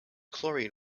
chlorine